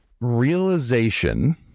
realization